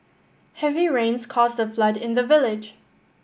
heavy rains caused a flood in the village